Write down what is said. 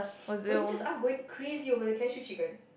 was it just us going crazy over the cashew chicken